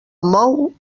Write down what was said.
mou